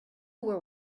were